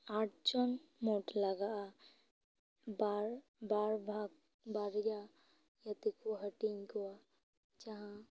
ᱟᱴᱡᱚᱱ ᱢᱳᱴ ᱞᱟᱜᱟᱜᱼᱟ ᱵᱟᱨ ᱵᱟᱨᱵᱷᱟᱜ ᱵᱟᱨᱭᱟ ᱜᱟᱛᱮ ᱠᱚ ᱦᱟᱹᱴᱤᱧ ᱠᱚᱣᱟ ᱡᱟᱦᱟᱸ